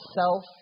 self